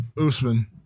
Usman